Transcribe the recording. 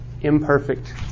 imperfect